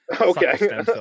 okay